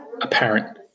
apparent